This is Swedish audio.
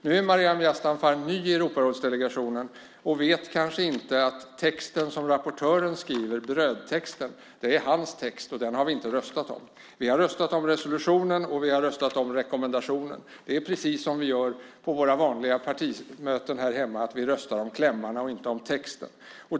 Nu är Maryam Yazdanfar ny i Europarådsdelegationen och vet kanske inte att brödtexten som rapportören skriver är hans text, och den har vi inte röstat om. Vi har röstat om resolutionen, och vi har röstat om rekommendationen. Det är precis som vi gör på våra vanliga partimöten här hemma. Vi röstar om klämmarna och inte om texten.